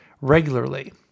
regularly